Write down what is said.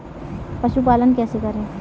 पशुपालन कैसे करें?